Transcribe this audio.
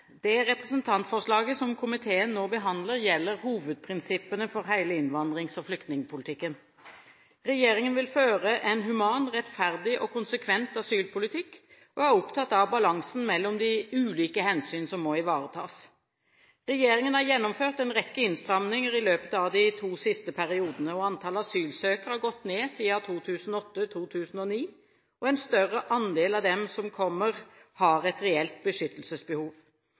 Det representantforslaget som komiteen nå behandler, gjelder hovedprinsippene for hele innvandrings- og flyktningpolitikken. Regjeringen vil føre en human, rettferdig og konsekvent asylpolitikk og er opptatt av balansen mellom de ulike hensyn som må ivaretas. Regjeringen har gjennomført en rekke innstramninger i løpet av de to siste periodene. Antallet asylsøkere har gått ned siden 2008–2009, og en større andel av dem som kommer, har et reelt beskyttelsesbehov.